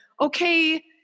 okay